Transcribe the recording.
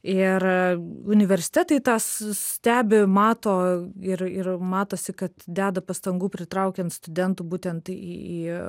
ir universitetai tą s stebi mato ir ir matosi kad deda pastangų pritraukiant studentų būtent į į į